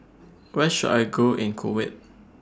Where should I Go in Kuwait